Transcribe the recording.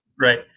Right